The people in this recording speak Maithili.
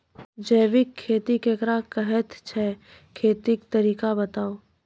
जैबिक खेती केकरा कहैत छै, खेतीक तरीका बताऊ?